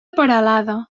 peralada